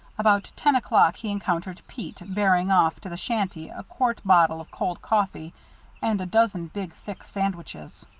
about ten o'clock he encountered pete, bearing off to the shanty a quart bottle of cold coffee and a dozen big, thick sandwiches.